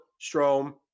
Strom